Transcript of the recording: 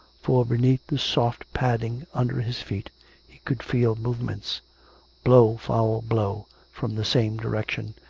for beneath the soft padding under his feet he could feel movements blow follow blow, from the same direction,